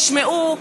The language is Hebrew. ישמעו,